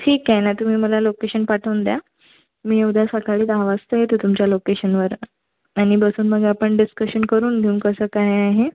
ठीक आहे ना तुम्ही मला लोकेशन पाठवून द्या मी उद्या सकाळी दहा वाजता येते तुमच्या लोकेशनवर आणि बसून मग आपण डिस्कशन करून घेवू कसं काय आहे